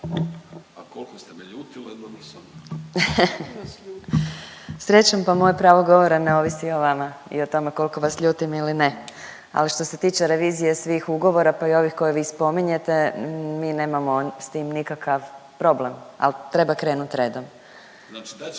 s imenom i prezimenom)** Srećom, pa moje pravo govora ne ovisi o vama i o tome koliko vas ljutim ili ne, ali što se tiče revizije svih ugovora, pa i ovih koje vi spominjete, mi nemamo s tim nikakav problem, al treba krenut redom. …/Upadica